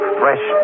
fresh